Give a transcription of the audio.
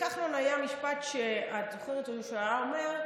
לכחלון היה משפט שהיה אומר,